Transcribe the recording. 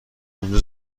اونجا